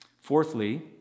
Fourthly